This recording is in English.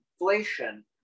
inflation